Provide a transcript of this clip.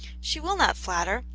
she will not flatter,